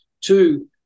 Two